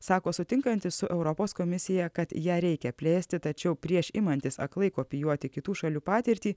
sako sutinkantis su europos komisija kad ją reikia plėsti tačiau prieš imantis aklai kopijuoti kitų šalių patirtį